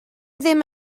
ddim